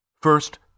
First